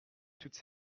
toutes